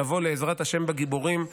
לבוא לעזרת השם בגיבורים,